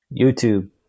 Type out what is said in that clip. YouTube